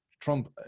Trump